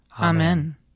Amen